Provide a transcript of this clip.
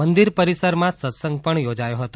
મંદિર પરિસરમાં સત્સંગ પણ યોજાયો હતો